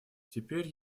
теперь